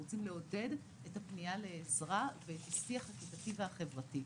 אנחנו רוצים לעודד את הפנייה לעזרה ואת השיח הכיתתי והחברתי.